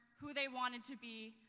who they wanted to be,